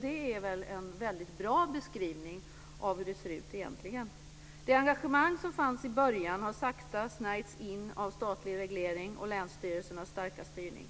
Det är en väldigt bra beskrivning av hur det egentligen ser ut. Det engagemang som fanns i början har sakta snärjts in av statlig reglering och länsstyrelsernas starka styrning.